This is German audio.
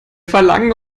verlangen